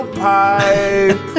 pipe